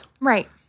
Right